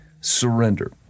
Surrender